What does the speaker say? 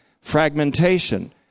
fragmentation